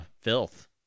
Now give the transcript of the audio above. Filth